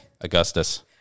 augustus